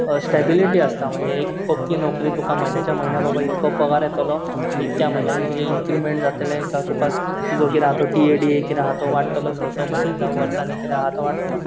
stability आसता म्हणजे एक पक्की नोकरी तुका म्हयन्याच्या म्हयन्या बाबा इतको पगार येतलो इतक्या म्हयन्यान तुजें इनक्रिमँट जातलें ता तुका तुजो कितें आहा तो टीए डीए कितें आहा तो वाडटलो स स म्हयन्यान जावं वर्सांनी कितेंरें आहा तो वाडटलो